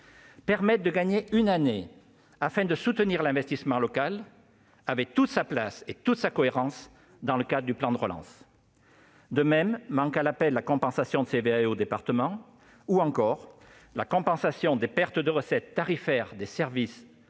Permettre de gagner une année afin de soutenir l'investissement local avait toute sa place et toute sa cohérence dans le plan de relance. De même manquent à l'appel la compensation de CVAE aux départements ou encore la compensation des pertes de recettes tarifaires des services